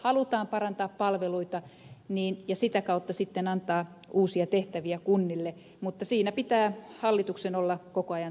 halutaan parantaa palveluita ja sitä kautta sitten antaa uusia tehtäviä kunnille mutta siinä pitää hallituksen olla koko ajan tarkkana